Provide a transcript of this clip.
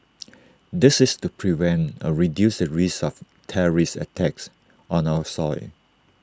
this is to prevent or reduce the risk of terrorist attacks on our soil